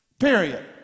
Period